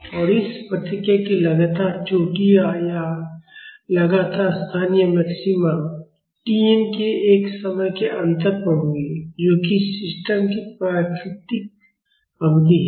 और इस प्रतिक्रिया की लगातार चोटियों या लगातार स्थानीय मैक्सिमा Tn के एक समय के अंतर पर होगी जो कि सिस्टम की प्राकृतिक अवधि है